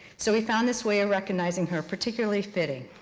so we found this way of recognizing her particularly fitting.